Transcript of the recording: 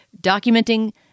documenting